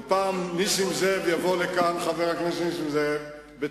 ופעם חבר הכנסת נסים זאב יבוא לכאן